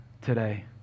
today